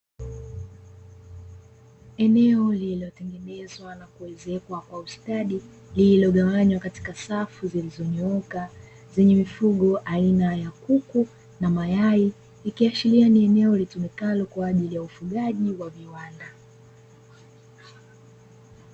Eneo lililotengenezwa na kuezekwa kwa ustadi, lililogawanywa katika safu zilizonyooka zenye mifugo aina ya kuku na mayai, ikiashiria ni eneo litumikalo kwa ajili ya ufugaji wa viwanda.